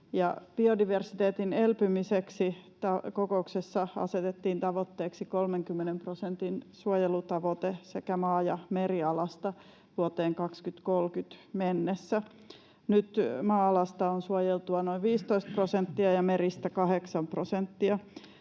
biodiversiteetin elpymiseksi kokouksessa asetettiin tavoitteeksi 30 prosentin suojelutavoite sekä maa- että merialasta vuoteen 2030 mennessä. Nyt maa-alasta on suojeltua noin 15 prosenttia ja meristä 8 prosenttia.